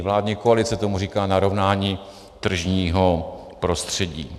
Vládní koalice tomu říká narovnání tržního prostředí.